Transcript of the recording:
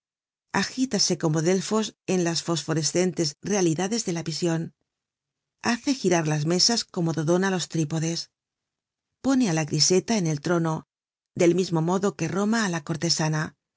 agítase como delfos en las fosforescentes realidades de la vision hace girar las mesas como dodona los trípodes pone á la griseta en el trono del mismo modo que roma á la cortesana